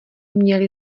měly